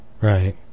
Right